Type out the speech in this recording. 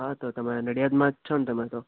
હા તો તમે નડિયાદમાં જ છો ને તમે તો